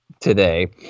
today